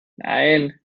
nein